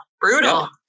Brutal